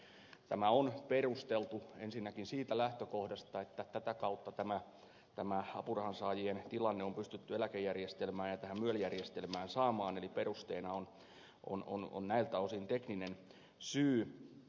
tämä on perusteltu ensinnäkin siitä lähtökohdasta että tätä kautta tämä apurahansaajien tilanne on pystytty eläkejärjestelmään ja myel järjestelmään saamaan eli perusteena on näiltä osin tekninen syy